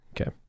Okay